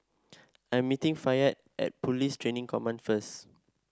I'm meeting Fayette at Police Training Command first